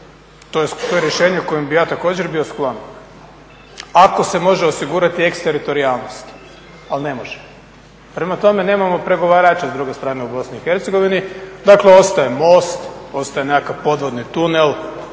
To je rješenje kojem bi ja također bio sklon ako se može osigurati eksteritorijalnost, ali ne može. Prema tome nemamo pregovarača s druge strane u BiH, dakle ostaje most, ostaje nekakav podvodni tunel.